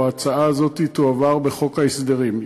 או ההצעה הזאת תועבר בחוק ההסדרים.